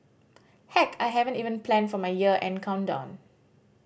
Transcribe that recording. heck I haven't even plan for my year end countdown